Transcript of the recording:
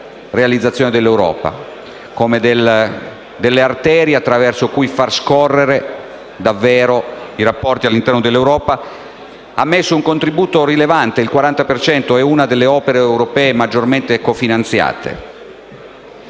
realizzazione dell'Europa, come delle arterie attraverso cui far scorrere davvero i rapporti all'interno dell'Europa, ha messo un contributo rilevante, pari al 40 per cento. Questa è una delle opere europee maggiormente cofinanziate.